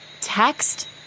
text